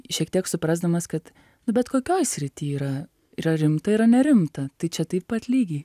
šiek tiek suprasdamas kad bet kokioj srity yra yra rimta yra nerimta tai čia taip pat lygiai